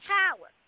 power